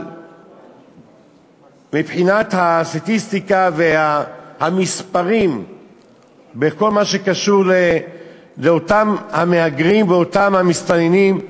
מבחינת הסטטיסטיקה והמספרים בכל מה שקשור לאותם מהגרים ואותם מסתננים,